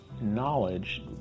knowledge